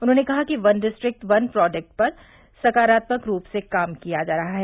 उन्होंने कहा कि वन डिस्ट्रिक्ट क्न प्रॉडक्ट पर सकारात्मक रूप से काम किया जा रहा है